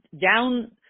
down